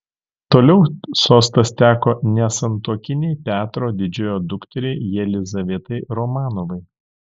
toliau sostas teko nesantuokinei petro didžiojo dukteriai jelizavetai romanovai